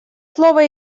слово